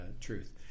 truth